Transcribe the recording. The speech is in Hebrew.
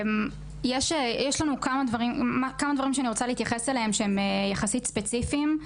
יש כמה דברים שאני רוצה להתייחס אליהם שהם יחסית ספציפיים.